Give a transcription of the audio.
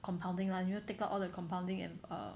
compounding lah you know take out all the compounding and err